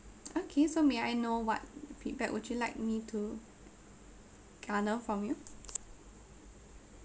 okay so may I know what feedback would you like me to garner from you